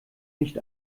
nicht